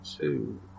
two